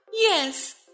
Yes